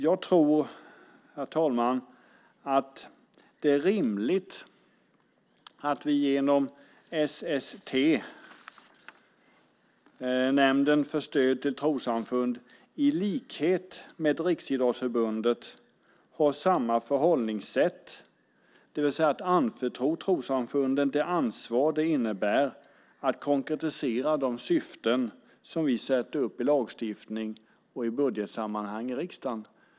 Jag tror att det är rimligt att vi genom SST, Nämnden för stöd till trossamfund, har samma förhållningssätt som när det gäller Riksidrottsförbundet. Vi ska alltså anförtro trossamfunden det ansvar det innebär att konkretisera de syften som vi sätter upp i lagstiftning och i budgetsammanhang i riksdagen.